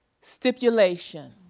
stipulation